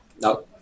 no